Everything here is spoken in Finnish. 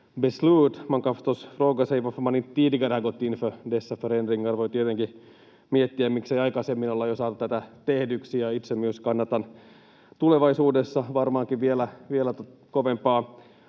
Voi tietenkin miettiä, miksei aikaisemmin olla jo saatu tätä tehdyksi, ja itse myös kannatan tulevaisuudessa varmaankin vielä kovempaa